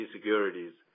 Securities